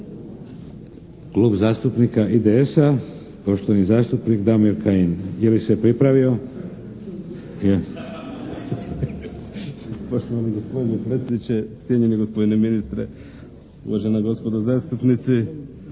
Klub zastupnika IDS-a, poštovani zastupnik Damir Kajin. **Kajin, Damir (IDS)** Poštovani gospodine predsjedniče, cijenjeni gospodine ministre, uvažena gospodo zastupnici.